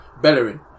Bellerin